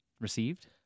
Received